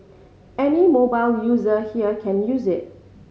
any mobile user here can use it